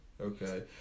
Okay